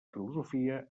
filosofia